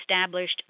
established